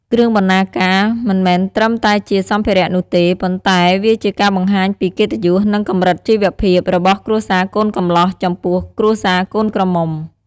គ្រឿងបណ្ណាការ មិនមែនត្រឹមតែជាសម្ភារៈនោះទេ ប៉ុន្តែវាជាការបង្ហាញពី កិត្តិយស និងកម្រិតជីវភាព របស់គ្រួសារកូនកំលោះចំពោះគ្រួសារកូនក្រមុំ។